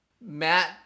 Matt